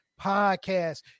podcast